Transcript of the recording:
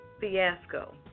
fiasco